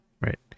right